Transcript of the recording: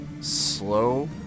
Slow